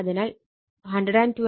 അതിനാൽ 120